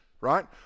Right